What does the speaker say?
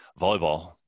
volleyball